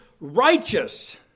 righteous